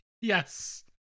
Yes